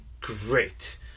great